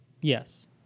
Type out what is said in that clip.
yes